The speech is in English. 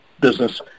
business